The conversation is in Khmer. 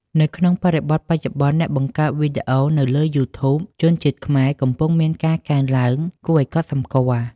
នៅក្នុងបរិបទបច្ចុប្បន្ន អ្នកបង្កើតវីដេអូនៅលើ YouTube ជនជាតិខ្មែរកំពុងមានការកើនឡើងគួរឲ្យកត់សម្គាល់។